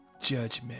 judgment